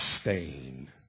stain